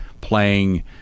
playing –